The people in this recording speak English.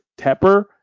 Tepper